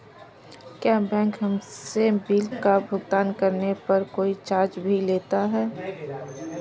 क्या बैंक हमसे बिल का भुगतान करने पर कोई चार्ज भी लेता है?